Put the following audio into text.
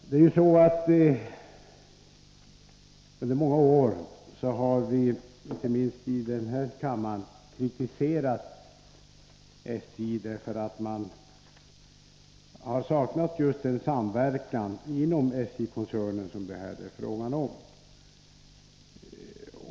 Herr talman! Under många år har man inte minst i den här kammaren kritiserat SJ, därför att man saknat just en sådan samverkan inom SJ koncernen som det här är fråga om.